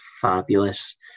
fabulous